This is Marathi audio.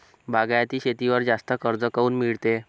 बागायती शेतीवर जास्त कर्ज काऊन मिळते?